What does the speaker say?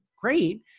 great